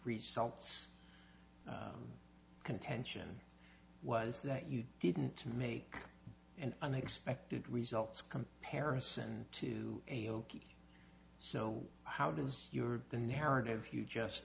results contention was that you didn't make an unexpected results comparison to aoki so how does your the narrative you just